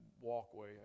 walkway